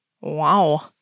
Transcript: Wow